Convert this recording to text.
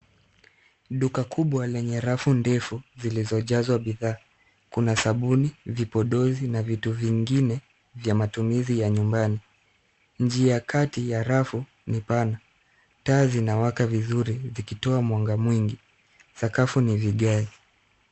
Duka kubwa lenye rafu ndefu zilizojazwa bidhaa. Kuna sabuni, vipodozi na vitu vingine vya matumizi ya nyumbani. Njia kati ya rafu ni pana. Taa zinawaka vizuri zikitoa mwanga mwingi. Sakafu ni vigae.